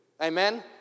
Amen